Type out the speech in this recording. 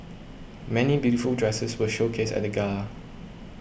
many beautiful dresses were showcased at the gala